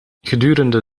gedurende